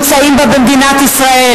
אלקין, יושב-ראש הקואליציה.